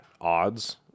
odds